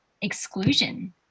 exclusion